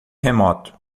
remoto